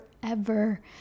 forever